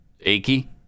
achy